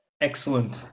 Excellent